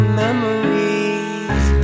memories